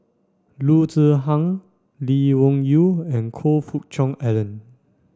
Loo Zihan Lee Wung Yew and Choe Fook Cheong Alan